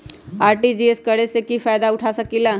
RTGS करे से की फायदा उठा सकीला?